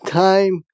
time